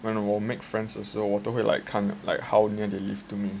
when 我 make friends 时候我都会 like like how near they live to me